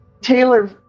Taylor